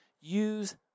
Use